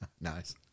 nice